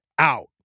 out